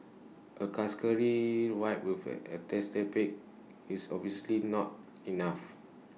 A cursory wipe with A antiseptic is obviously not enough